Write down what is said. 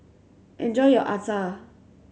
enjoy your Acar